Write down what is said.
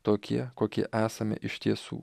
tokie kokie esame iš tiesų